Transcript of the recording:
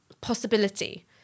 possibility